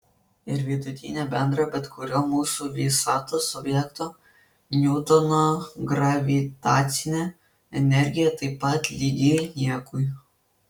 ir vidutinė bendra bet kurio mūsų visatos objekto niutono gravitacinė energija taip pat lygi niekui